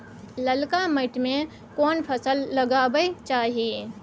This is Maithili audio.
ललका माटी में केना फसल लगाबै चाही?